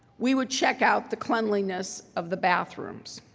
we would check out the cleanliness of the bathrooms.